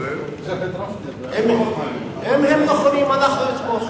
אם הם נכונים אנחנו נתמוך,